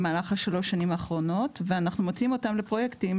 במהלך השלוש שנים האחרונות ואנחנו מוציאים אותם לפרויקטים,